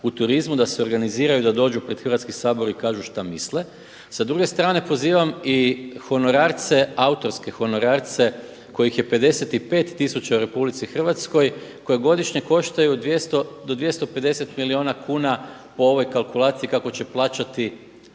u turizmu, da se organiziraju i da dođu pred Hrvatski sabor i kažu šta misle. Sa druge strane pozivam i honorarce, autorske honorarce kojih je 55 tisuća u RH koje godišnje koštaju 200 do 250 milijuna kuna po ovoj kalkulaciji kako će plaćati